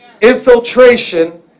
infiltration